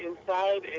inside